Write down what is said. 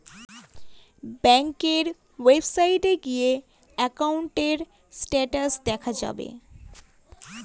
ব্যাঙ্কের ওয়েবসাইটে গিয়ে একাউন্টের স্টেটাস দেখা যাবে